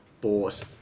bought